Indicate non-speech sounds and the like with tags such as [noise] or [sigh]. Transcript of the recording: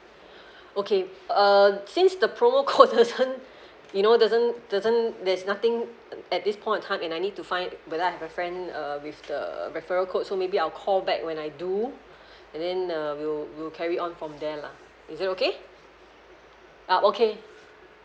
[breath] okay uh since the promo code doesn't you know doesn't doesn't there's nothing at this point can't and i any to find whether I have a friend uh with the referral code so maybe I'll call back when I do and then uh will will carry on from there lah is it okay ah okay